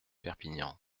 perpignan